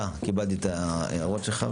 בסבבים שהתחייבנו לדברים שלא עמדנו.